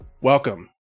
Welcome